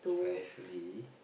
precisely